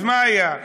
אז מה היה?